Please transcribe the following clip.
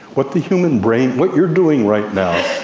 what the human brain, what you're doing right now,